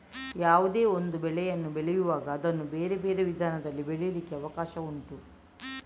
ಯಾವುದೇ ಒಂದು ಬೆಳೆಯನ್ನು ಬೆಳೆಯುವಾಗ ಅದನ್ನ ಬೇರೆ ಬೇರೆ ವಿಧಾನದಲ್ಲಿ ಬೆಳೀಲಿಕ್ಕೆ ಅವಕಾಶ ಉಂಟು